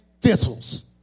thistles